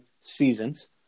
seasons